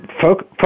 Focus